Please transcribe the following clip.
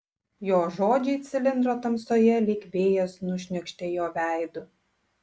jo žodžiai cilindro tamsoje lyg vėjas nušniokštė jo veidu